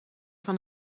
van